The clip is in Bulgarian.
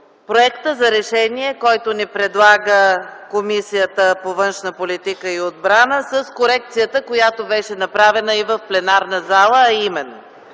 проекта за решение, който ни предлага Комисията по външна политика и отбрана, с корекцията, която беше направена и в пленарната зала, а именно: